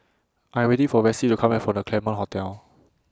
I Am waiting For Ressie to Come Back from The Claremont Hotel